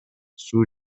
суу